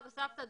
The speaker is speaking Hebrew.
סבא, סבתא?